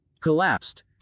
Collapsed